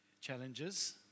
challenges